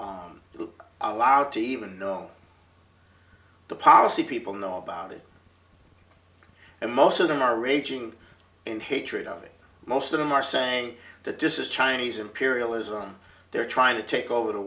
being allowed to even know the policy people know about it and most of them are raging in hatred of it most of them are saying that this is chinese imperialism they're trying to take over the